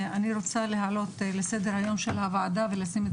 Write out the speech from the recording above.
אני רוצה להעלות לסדר היום של הוועדה ולשים את